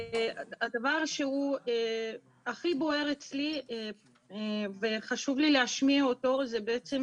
הדבר שהכי בוער אצלי וחשוב לי להשמיע אותו זה בעצם